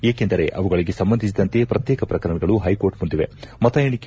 ಏಕೆಂದರೆ ಅವುಗಳಿಗೆ ಸಂಬಂಧಿಸಿದಂತೆ ಪ್ರತ್ನೇಕ ಪ್ರಕರಣಗಳು ಹೈಕೋರ್ಟ್ ಮುಂದಿವೆ